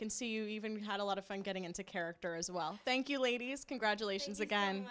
can see you even had a lot of fun getting into character as well thank you ladies congratulations again